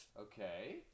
Okay